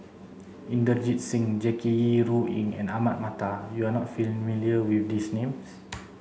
Inderjit Singh Jackie Yi Ru Ying and Ahmad Mattar you are not familiar with these names